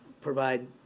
provide